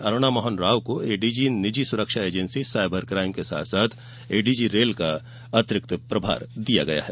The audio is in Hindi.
अरुणा मोहन राव को एडीजी निजी सुरक्षा एजेंसी सायबर क्राइम के साथ एडीजी रेल का अतिरिक्त प्रभार दिया गया है